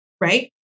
Right